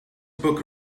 book